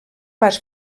pas